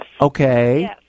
Okay